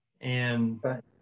And-